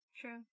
true